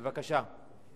בבקשה.